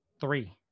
three